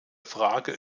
frage